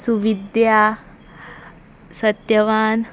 Suvidya Satyavan